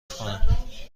کنم